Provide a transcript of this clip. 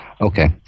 Okay